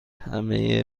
همه